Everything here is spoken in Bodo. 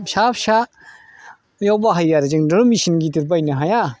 फिसा फिसा बेयाव बाहायो आरो जोंथ' मेचिन गिदिर बायनो हाया